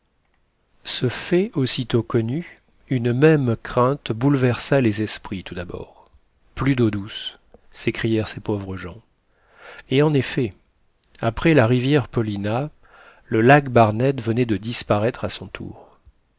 ce fait aussitôt connu une même crainte bouleversa les esprits tout d'abord plus d'eau douce s'écrièrent ces pauvres gens et en effet après la rivière paulina le lac barnett venait de disparaître à son tour